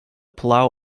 palau